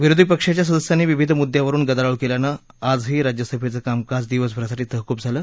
विरोधी पक्षाच्या सदस्यांनी विविध मुद्दयावरुन गदारोळ केल्यानं आजही राज्यसभेचं कामकाज दिवसभरासाठी तहकूब झालं